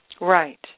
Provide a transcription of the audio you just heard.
Right